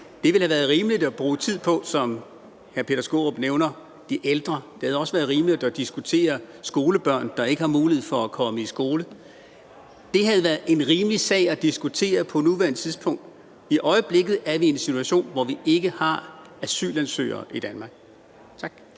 Det ville have været rimeligt at bruge tid på, som hr. Peter Skaarup nævner, de ældre. Det havde også været rimeligt at diskutere skolebørn, der ikke har mulighed for at komme i skole. Det havde været rimelige sager at diskutere på nuværende tidspunkt. I øjeblikket er vi i en situation, hvor vi ikke har asylansøgere i Danmark. Tak.